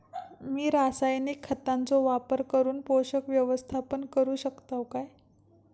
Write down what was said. मी रासायनिक खतांचो वापर करून पोषक व्यवस्थापन करू शकताव काय?